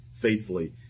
faithfully